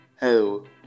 Hello